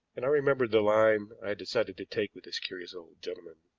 and i remembered the line i had decided to take with this curious old gentleman.